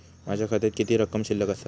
माझ्या खात्यात किती रक्कम शिल्लक आसा?